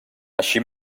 així